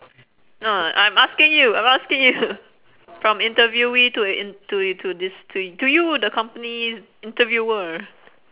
no I'm asking you I'm asking you from interviewee to a inte~ to a to this to to you the company's interviewer